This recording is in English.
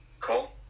Cool